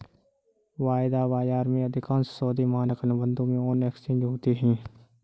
वायदा बाजार में, अधिकांश सौदे मानक अनुबंधों में ऑन एक्सचेंज होते हैं